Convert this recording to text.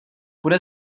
bude